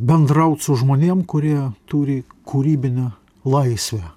bendraut su žmonėms kurie turi kūrybinę laisvę